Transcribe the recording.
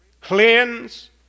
cleanse